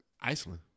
Iceland